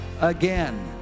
again